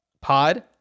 pod